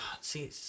See